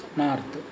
north